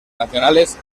nacionales